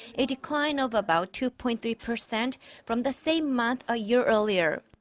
a decline of about two point three percent from the same month a year earlier.